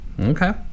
Okay